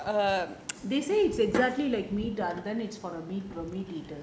they say it's exactly like meat ah then it's for the meat the meat eaters